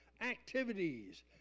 activities